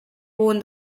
won